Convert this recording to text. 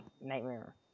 Nightmare